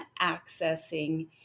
accessing